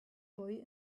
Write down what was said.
boy